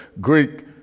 Greek